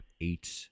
eight